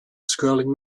scrolling